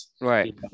Right